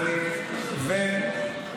אה, בסדר.